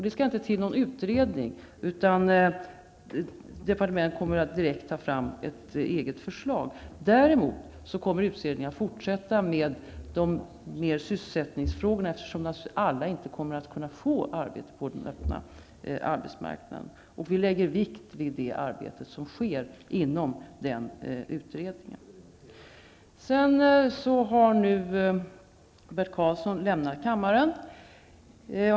Det skall inte till någon ytterligare utredning, utan departementet kommer att direkt ta fram ett eget förslag. Däremot kommer utredningen att fortsätta med sysselsättningsfrågan, eftersom alla inte kommer att kunna få arbete på den öppna marknaden. Vi lägger vikt vid det arbete som sker inom den utredningen. Jag noterar att Bert Karlsson har lämnat kammaren.